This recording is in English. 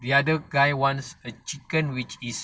the other guy wants the chicken which is